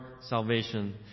salvation